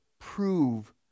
prove